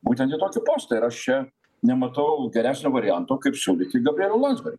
būtent į tokį postą ir aš čia nematau geresnio varianto kaip siūlyti gabrielių landsbergį